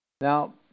Now